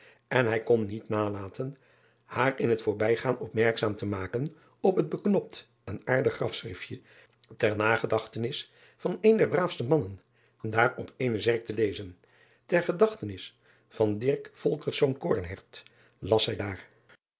en hij kon niet nalaten haar in het voorbijgaan opmerkzaam te maken op het beknopt en aardig rafschriftje ter nagedachtenis van een der braafste mannen daar op eene zerk te lezen er gedachtenis van las zij daar